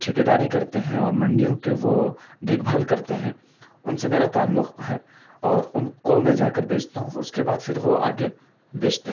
ٹھیکیداری کرتے ہیں اور منڈیوں کے وہ دیکھ بھال کرتے ہیں ان سے میرا تعلق ہے اور ان کو میں جا کر بیچتا ہوں اس کے بعد پھر وہ آگے بیچتے ہیں